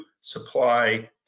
supply